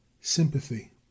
sympathy